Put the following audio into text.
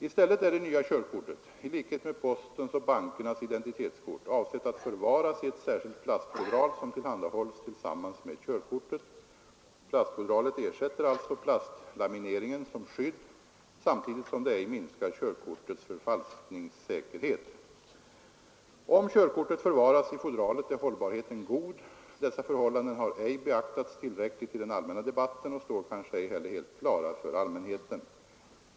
I stället är det nya körkortet — i likhet med postens och bankernas identitetskort — avsett att förvaras i ett särskilt plastfodral som tillhandahålles tillsammans med körkortet. Plastfodralet ersätter alltså plastlamineringen som skydd samtidigt som det ej minskar körkortets förfalskningssäkerhet. Om körkortet förvaras i fodralet är hållbarheten god. Dessa förhållanden har ej beaktats tillräckligt i den allmänna debatten och står kanske ej heller helt klara för allmänheten.